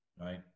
Right